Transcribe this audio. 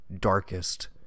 darkest